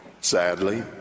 Sadly